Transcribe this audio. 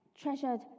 treasured